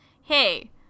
hey